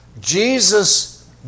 Jesus